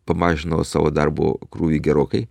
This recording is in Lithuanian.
pamažinau savo darbo krūvį gerokai